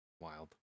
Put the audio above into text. wild